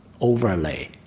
overlay